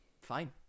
fine